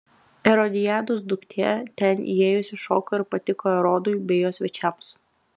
erodiados duktė ten įėjusi šoko ir patiko erodui bei jo svečiams